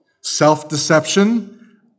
self-deception